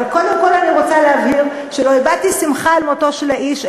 אבל קודם כול אני רוצה להבהיר שלא הבעתי שמחה על מותו של האיש,